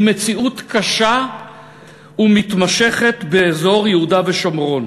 מציאות קשה ומתמשכת באזור יהודה ושומרון